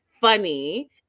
funny